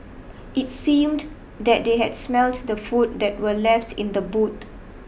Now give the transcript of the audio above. it seemed that they had smelt the food that were left in the boot